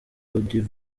audio